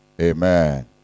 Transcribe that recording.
Amen